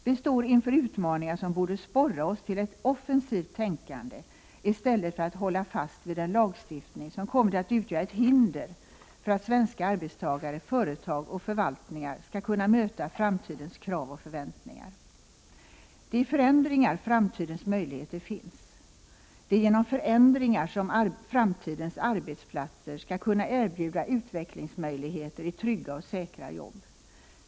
Vi står inför utmaningar som borde sporra oss till att tänka offensivt i stället för att hålla fast vid en lagstiftning som kommit att utgöra ett hinder för att svenska arbetstagare, företag och förvaltningar skall kunna möta framtidens krav och förväntningar. Det är i förändringar framtidens möjligheter finns. Det är genom förändringar som framtidens arbetsplatser skall kunna erbjuda utvecklingsmöjligheter i trygga och säkra jobb.